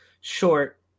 short